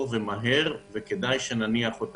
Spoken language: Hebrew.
את הסוגיה כמה שיותר מהר ולהמשיך הלאה,